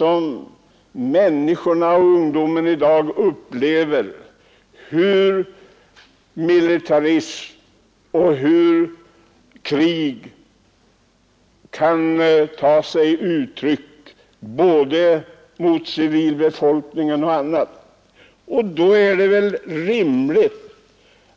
När dagens ungdom i sin känsligaste period får uppleva följderna av militarism och krig är det bara helt naturligt